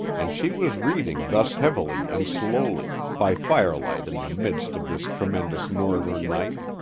and she was reading thus heavily and slowly, by firelight in the midst of this tremendous northern night,